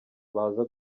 baza